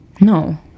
No